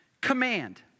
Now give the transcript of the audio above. command